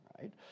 right